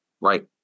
Right